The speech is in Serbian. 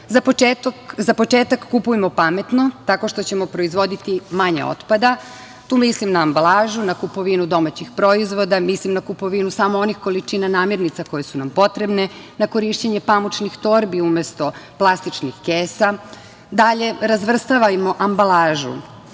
početak kupujmo pametno tako što ćemo proizvoditi manje otpada. Tu mislim na ambalažu, na kupovinu domaćih proizvoda, mislim na kupovinu samo onih količina namirnica koje su nam potrebne, na korišćenje pamučnih torbi umesto plastičnih kesa. Dalje, razvrstavajmo ambalažu,